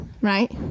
right